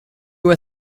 were